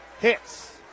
hits